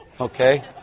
okay